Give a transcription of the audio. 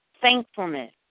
thankfulness